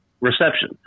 Reception